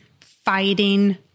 fighting